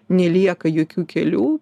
nelieka jokių kelių